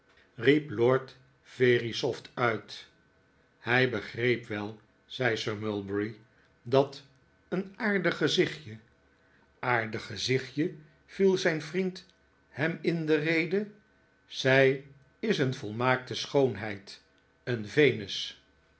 riep lord verisopht uit hij begreep wel zei sir mulberry dat een aardig gezichtje aardig gezichtje viel zijn vriend hem in de rede zij is een volmaakte schoonheid een venus